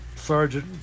sergeant